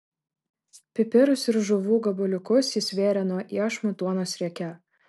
pipirus ir žuvų gabaliukus jis vėrė nuo iešmų duonos rieke